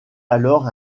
alors